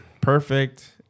perfect